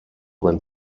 when